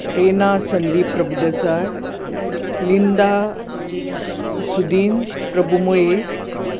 Raina Sandeep Prabhudesai Linda Sudhin Prabhumoye